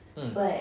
mm